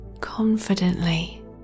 confidently